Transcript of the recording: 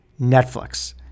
Netflix